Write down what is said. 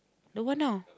the one now